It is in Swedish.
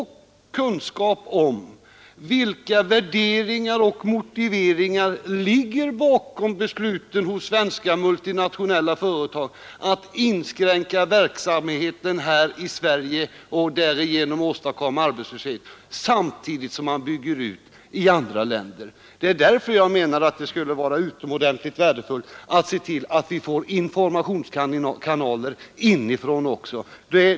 Det är kunskap om vilka värderingar och motiveringar som ligger bakom besluten hos svenska multinationella företag att inskränka verksamheten här i Sverige och därigenom åstadkomma arbetslöshet samtidigt som de bygger ut i andra länder. Jag menar att det skulle vara utomordentligt värdefullt att få information och kanaler för information inifrån också.